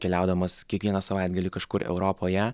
keliaudamas kiekvieną savaitgalį kažkur europoje